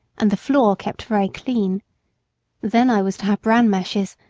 and the floor kept very clean then i was to have bran mashes,